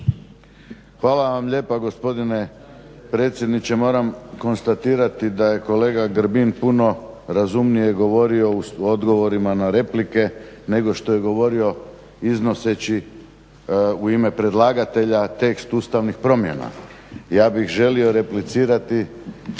Hvala vam lijepa gospodine predsjedniče. Moram konstatirati da je kolega Grbin puno razumnije govorio u odgovorima na replike nego što je govorio iznoseći u ime predlagatelja tekst ustavnih promjena. Ja bih želio replicirati